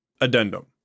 Addendum